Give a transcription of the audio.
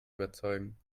überzeugen